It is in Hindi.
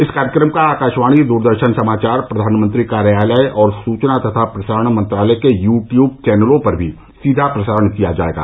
इस कार्यक्रम का आकाशवाणी दरदर्शन समाचार प्रधानमंत्री कार्यालय और सचना तथा प्रसारण मंत्रालय के यट्युब चैनलों पर भी सीधा प्रसारण किया जाएगा